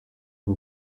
who